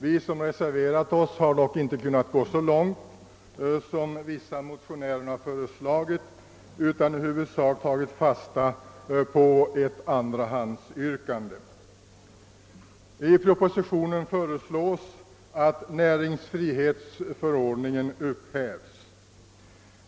Vi som reserverat oss har dock inte kunnat gå så långt som vissa av motionärerna har föreslagit att man skulle göra, utan vi har i huvudsak tagit fasta på ett andrahandsyrkande. I propositionen föreslås att näringsfrihetsförordningen upphävs.